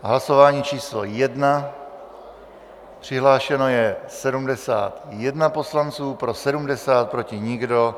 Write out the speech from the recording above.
Hlasování číslo 1, přihlášeno je 71 poslanců, pro 70, proti nikdo.